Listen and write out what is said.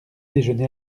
déjeuner